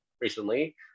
recently